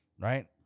Right